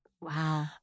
Wow